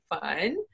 fun